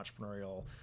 entrepreneurial